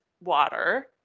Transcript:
water